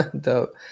dope